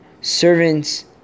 servants